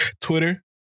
Twitter